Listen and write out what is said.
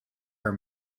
are